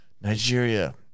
Nigeria